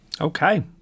okay